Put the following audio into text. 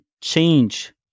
change